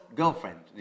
girlfriend